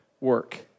work